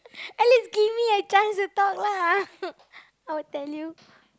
at least give me a chance to talk lah ah I will tell you